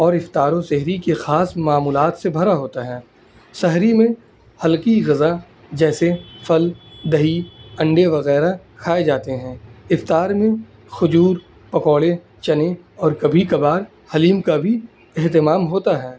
اور افطار و سحری کے خاص معمولات سے بھرا ہوتا ہے سحری میں ہلکی غذا جیسے پھل دہی انڈے وغیرہ کھائے جاتے ہیں افطار میں کھجور پکوڑے چنے اور کبھی کبھار حلیم کا بھی اہتمام ہوتا ہے